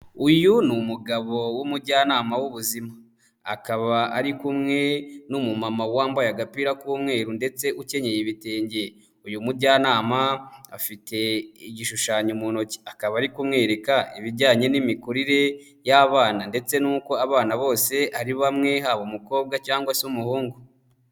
Uyu ni umugabo w'umujyanama w'ubuzima, akaba ari kumwe n'umumama wambaye agapira k'umweru ndetse ukenyeye ibitenge, uyu mujyanama afite igishushanyo mu ntoki, akaba ari kumwereka ibijyanye n'imikurire y'abana ndetse n'uko abana bose ari bamwe haba umukobwa cyangwa se umuhungu.